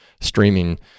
streaming